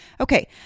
Okay